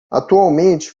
atualmente